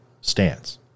stance